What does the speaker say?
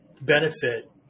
benefit